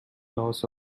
loss